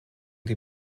die